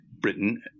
Britain